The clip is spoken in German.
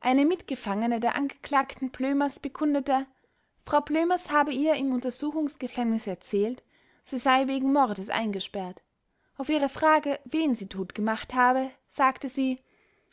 eine mitgefangene der angeklagten blömers bekundete frau blömers habe ihr im untersuchungsgefängnis erzählt sie sei wegen mordes eingesperrt auf ihre frage wen sie totgemacht habe sagte sie